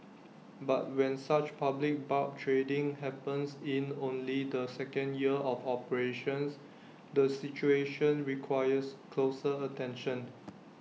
but when such public barb trading happens in only the second year of operations the situation requires closer attention